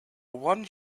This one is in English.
one